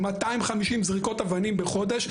200 זריקות אבנים בחודש,